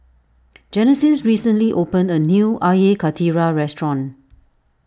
Genesis recently opened a new Air Karthira restaurant